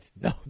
No